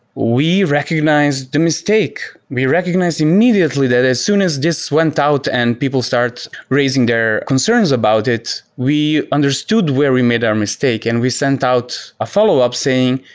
we recognized the mistake. we recognized immediately that as soon as this went out and people start raising their concerns about it, we understood where we made our mistake and we sent out a follow-up saying,